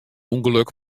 ûngelok